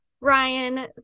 Ryan